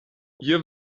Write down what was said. hier